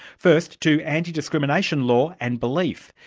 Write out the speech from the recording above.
first to anti-discrimination law and belief.